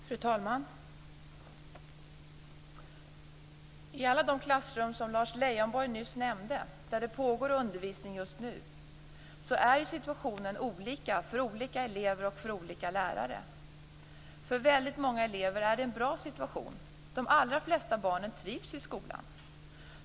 Fru talman! I alla de klassrum som Lars Leijonborg nyss nämnde där det pågår undervisning just nu är situationen olika för olika elever och olika lärare. För många elever är det en bra situation. De allra flesta barnen trivs i skolan.